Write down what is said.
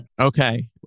Okay